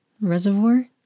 Reservoir